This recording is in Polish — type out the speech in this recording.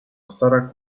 stara